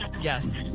Yes